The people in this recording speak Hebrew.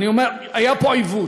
היה פה עיוות,